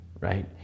right